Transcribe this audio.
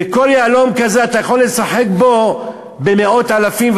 וכל יהלום כזה אתה יכול לשחק בו במאות אלפים,